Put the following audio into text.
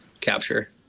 capture